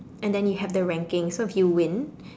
and then you have the ranking so if you win